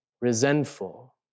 resentful